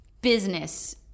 business